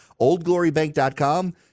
oldglorybank.com